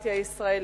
בדמוקרטיה הישראלית.